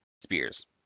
spears